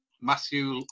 Matthew